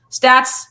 stats